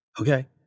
Okay